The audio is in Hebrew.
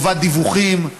חובת דיווחים,